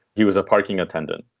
he was a parking attendant.